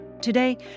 Today